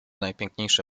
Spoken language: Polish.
najpiękniejszy